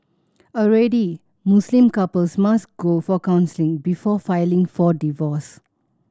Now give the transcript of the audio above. already Muslim couples must go for counselling before filing for divorce